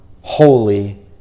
holy